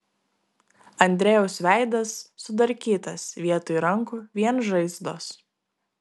andrejaus veidas sudarkytas vietoj rankų vien žaizdos